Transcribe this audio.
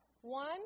one